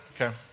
Okay